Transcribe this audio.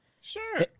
Sure